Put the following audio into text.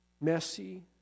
messy